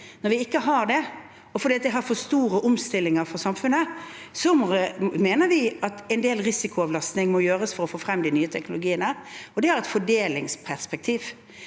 Når vi ikke har det, fordi det innebærer for store omstillinger for samfunnet, mener vi at en del risikoavlastning må gjøres for å få frem de nye teknologiene. Det har et fordelingsperspektiv,